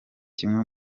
kimwe